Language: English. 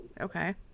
Okay